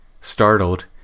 Startled